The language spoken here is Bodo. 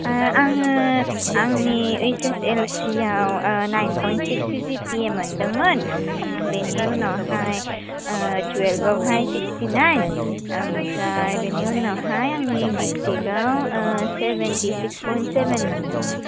आह आङो आंनि ओइस एस एल सि याव ओह nine point six C G P A मोनदोंमोन ओह बेनि उनावहाय ओह टुयेल्भयावहाय सिक्सटि नाइन आमफ्राय बेनि उनावहाय आंनि बि टेगाव ओह सेभेनटि सिक्स पइन्ट सेभेन मोनदोंमोन